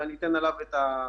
ואני אשים עליו את הדגש.